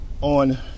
On